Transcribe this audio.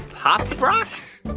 pop brocs?